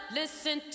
listen